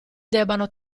debbano